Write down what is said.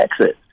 exit